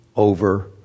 over